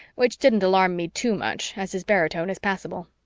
which didn't alarm me too much, as his baritone is passable.